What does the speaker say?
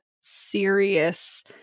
serious